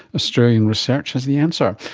australian research has the answer.